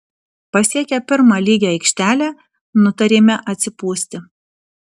pasiekę pirmą lygią aikštelę nutarėme atsipūsti